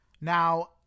Now